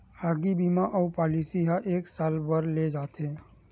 आगी बीमा अउ पॉलिसी ह एक साल बर ले जाथे